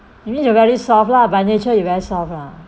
you mean you very soft lah by nature you very soft lah